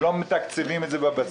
שלא מתקצבים את זה בבסיס,